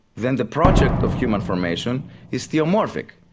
then the project of human formation is theomorphic,